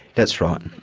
that's right.